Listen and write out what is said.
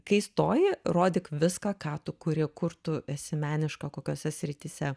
kai stoji rodyk viską ką tu kuri kur tu esi meniška kokiose srityse